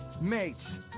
Mates